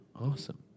Awesome